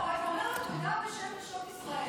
הוא אומר לו: תודה בשם נשות ישראל,